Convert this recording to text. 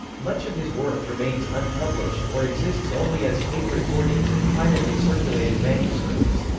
much of his work remains unpublished or exists only as tape recordings and privately circulated manuscripts.